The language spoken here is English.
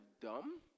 dumb